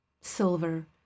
silver